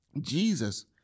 Jesus